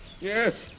Yes